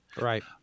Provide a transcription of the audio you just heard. right